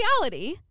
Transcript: reality